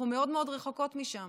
אנחנו מאוד מאוד רחוקות משם.